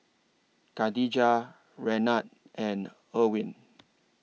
Kadijah Renard and Ervin